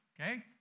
Okay